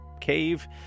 cave